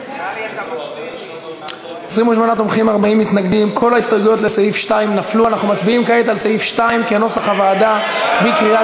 ההסתייגות לחלופין (ה') של קבוצת סיעת יש